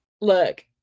look